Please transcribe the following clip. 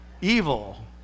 Evil